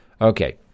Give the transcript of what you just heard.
Okay